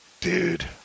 Dude